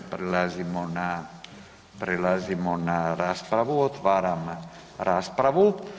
Prelazimo na Prelazimo na raspravu, otvaram raspravu.